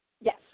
Yes